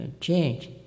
change